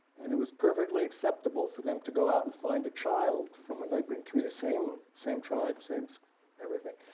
and it was perfectly acceptable for them to go out and find a child from a neighboring community same same tribe, same so everything,